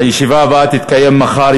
הישיבה הבאה תתקיים מחר,